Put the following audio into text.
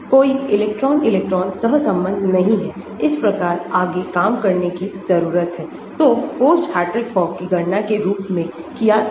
कोई electron electron सहसंबंध नहीं है इस प्रकार आगे काम करने कीजरूरत हैतोपोस्ट हार्ट्री फॉककी गणना के रूप में किया गया